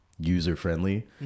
user-friendly